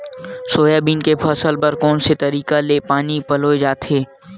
Soybean के फसल बर कोन से तरीका ले पानी पलोय जाथे?